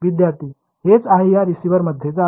विद्यार्थीः हेच आहे की रिसीव्हरमध्ये जावे